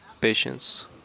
patience